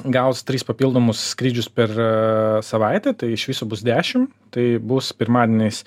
gaus tris papildomus skrydžius per savaitę tai iš viso bus dešimt tai bus pirmadieniais